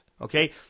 Okay